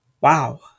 wow